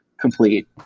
complete